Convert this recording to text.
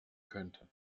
könnte